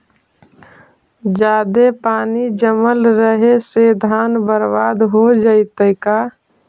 जादे पानी जमल रहे से धान बर्बाद हो जितै का?